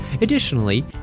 Additionally